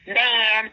man